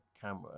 camera